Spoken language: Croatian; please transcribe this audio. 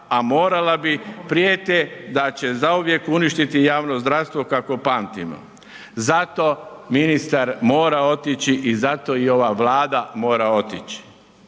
a morala bi prijete da će zauvijek uništiti javno zdravstvo kakvo pamtimo. Zato ministar mora otići i zato i ova Vlada mora otići.